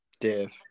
Dave